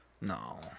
No